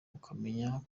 ukamenya